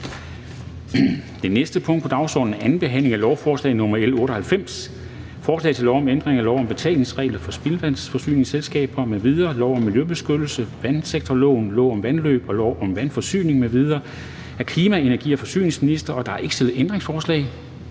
Det næste punkt på dagsordenen er: 26) 2. behandling af lovforslag nr. L 98: Forslag til lov om ændring af lov om betalingsregler for spildevandsforsyningsselskaber m.v., lov om miljøbeskyttelse, vandsektorloven, lov om vandløb og lov om vandforsyning m.v. (Spildevandsforsyningsselskabers klimatilpasning,